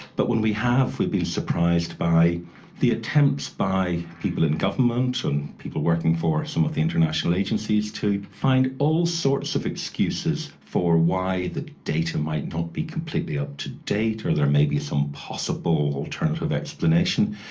but when we have we've been surprised by the attempts by people in government and people working for some of the international agencies to find all sorts of excuses for why the data might not be completely up to date or there may be some possible alternative explanation.